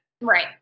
Right